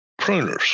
pruners